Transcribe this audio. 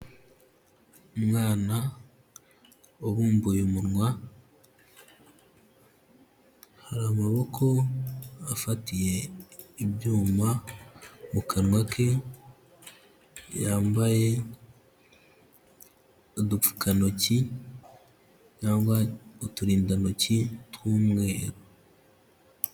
Umwana wabumbuye umunwa, hari amaboko afatiye ibyuma mu kanwa ke yambaye udupfukantoki cyangwa uturindantoki tw'umweru.